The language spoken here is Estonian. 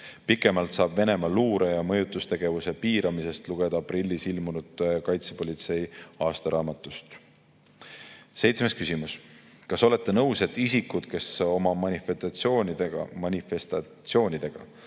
Pikemalt saab Venemaa luure ja mõjutustegevuse piiramise kohta lugeda aprillis ilmunud kaitsepolitsei aastaraamatust. Seitsmes küsimus: "Kas olete nõus, et isikud, kes oma manifestatsioonidega Pronkssõduri